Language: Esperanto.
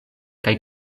kaj